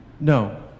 no